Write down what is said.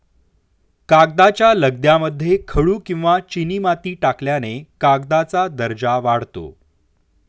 कागदाच्या लगद्यामध्ये खडू किंवा चिनीमाती टाकल्याने कागदाचा दर्जा वाढतो